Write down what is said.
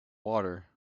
water